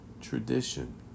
tradition